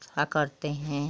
उसका करते हैं